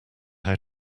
how